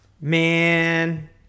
Man